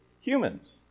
humans